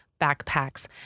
backpacks